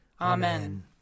Amen